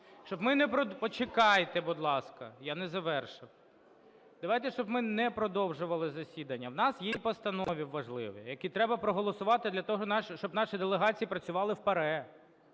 щоб ми не продовжували засідання, у нас є і постанови важливі, які треба проголосувати для того, щоб наші делегації працювали в ПАРЄ.